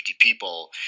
people